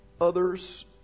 others